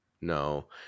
No